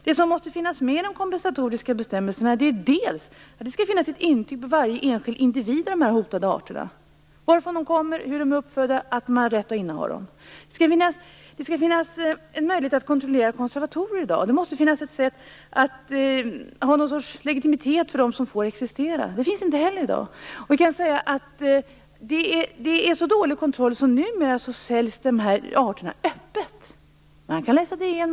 Det som måste finnas med i de kompensatoriska bestämmelserna är bl.a. att det skall finnas ett intyg på varje enskild individ av dessa hotade arter - varifrån de kommer, hur de är uppfödda, att man har rätt att inneha dem. Det skall också finnas möjlighet att kontrollera konservatorer i dag. Det måste finnas ett sätt att ha någon sorts legitimitet för dem som får existera. Det finns inte heller i dag. Det är så dålig kontroll att dessa arter numera säljs öppet.